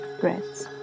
breaths